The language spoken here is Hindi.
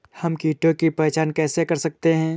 हम कीटों की पहचान कैसे कर सकते हैं?